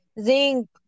zinc